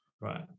Right